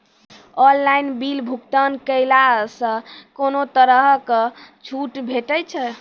Online बिलक भुगतान केलासॅ कुनू तरहक छूट भेटै छै?